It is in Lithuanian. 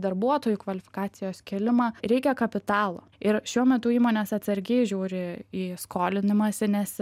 darbuotojų kvalifikacijos kėlimą reikia kapitalo ir šiuo metu įmonės atsargiai žiūri į skolinimąsi nes